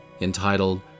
entitled